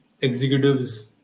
executives